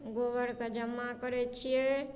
गोबरके जमा करै छियै